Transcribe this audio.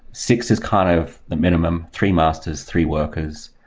six is kind of the minimum three masters, three workers.